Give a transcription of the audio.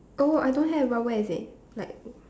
oh I don't have but where is it like